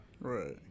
right